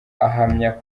ahamya